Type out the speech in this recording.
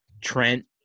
Trent